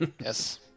Yes